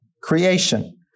creation